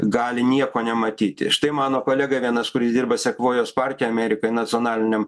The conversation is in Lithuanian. gali nieko nematyti štai mano kolega vienas kuris dirba sekvojos parke amerikoj nacionaliniam